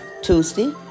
Tuesday